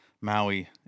Maui